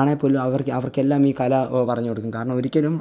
ആണെങ്കിൽ പോലും അവർക്ക് അവർക്കെല്ലാം ഈ കല പറഞ്ഞു കൊടുക്കും കാരണം ഒരിക്കലും